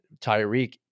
Tyreek